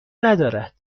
ندارد